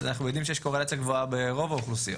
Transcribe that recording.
כשאנחנו יודעים שיש קורלציה גבוהה ברוב האוכלוסיות.